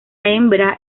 hembra